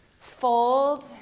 fold